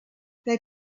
they